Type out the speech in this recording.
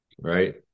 right